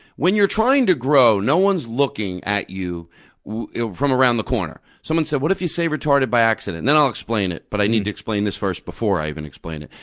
when you're trying to grow, no one's looking at you from around the corner. someone said, what if you say retarded by accident? then i'll explain it, but i need to explain this first before i even explain it.